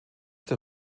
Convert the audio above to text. der